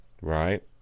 Right